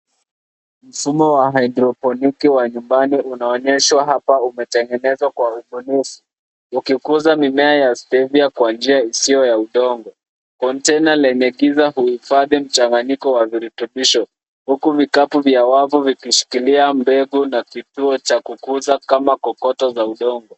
Mfumo wa hydroponics wa nyumbani unaonyeshwa hapa imetengenezwa kwa ubinifu , ukikuza mimea ya stevia kwa njia hisio ya udongo. Kontena lenye kiza uhifhadi mchanganyiko wa vurutubisho uku vikapu vya wavu vikishikilia mbengu na kituo cha kukuza kama kokoto za udongo.